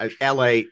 LA